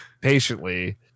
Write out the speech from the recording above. patiently